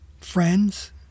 friends